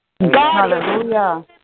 Hallelujah